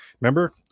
remember